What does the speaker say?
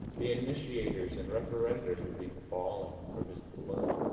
the initiators and referendors would be bawling for his blood.